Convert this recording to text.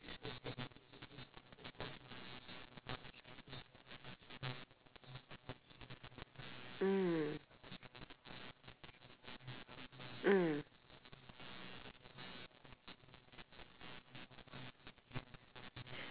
mm mm